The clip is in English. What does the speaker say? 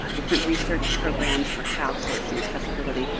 ah different research programs for crowdsourcing accessibility,